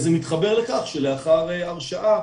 זה מתחבר לכך שלאחר הרשעה,